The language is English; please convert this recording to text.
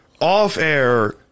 off-air